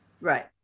right